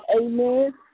Amen